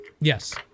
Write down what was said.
Yes